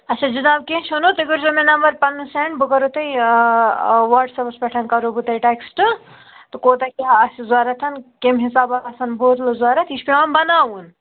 اَچھا جِناب کیٚنٛہہ چھُنہٕ تُہۍ کٔرۍزیو مےٚ نمبر پَنُن سیٚنٛڈ بہٕ کَرہو تۄہہِ واٹٕس ایپَس پٮ۪ٹھ کَرہو بہٕ تۄہہِ ٹیکٕسٹہٕ تہٕ تہٕ کوتاہ کیٛاہ آسہِ ضروٗرت کَمہِ حِسابہٕ آسَن بوتلہٕ ضروٗرت یہِ چھُ پٮ۪وان بَناوُن